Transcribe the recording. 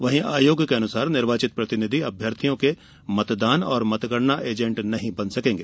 वहीं आयोग के अनुसार निर्वाचित प्रतिनिधि अभ्यर्थियों के मतदान और मतगणना एजेण्ट नहीं बन सकेंगे